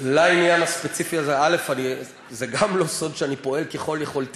לעניין הספציפי הזה: זה גם לא סוד שאני פועל ככל יכולתי